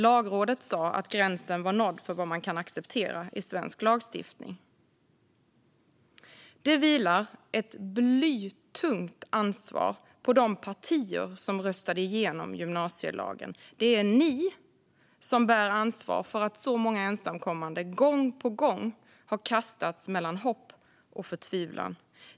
Lagrådet sa att gränsen var nådd för vad som kan accepteras i svensk lagstiftning. Det vilar ett blytungt ansvar på de partier som röstade igenom gymnasielagen. Det är ni som bär ansvar för att så många ensamkommande gång på gång har kastats mellan hopp och förtvivlan.